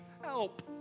help